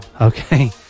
Okay